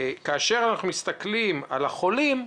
כאשר אנחנו מסתכלים על החולים,